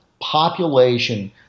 population